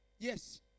Yes